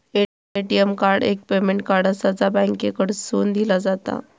ATM card एक payment card आसा, जा बँकेकडसून दिला जाता